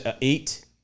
eight